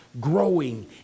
growing